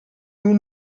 nur